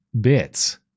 Bits